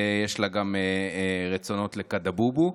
ויש לה גם רצונות ל"קדבובו",